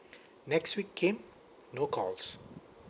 next week came no calls